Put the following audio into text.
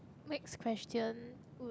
next question